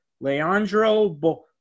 Leandro